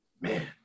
Man